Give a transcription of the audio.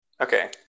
Okay